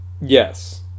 Yes